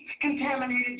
contaminated